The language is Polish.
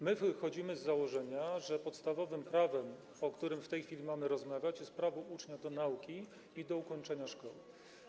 My wychodzimy z założenia, że podstawowym prawem, o którym w tej chwili mamy rozmawiać, jest prawo ucznia do nauki i do ukończenia szkoły.